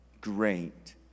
great